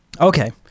Okay